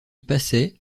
passait